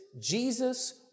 Jesus